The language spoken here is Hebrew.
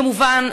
כמובן,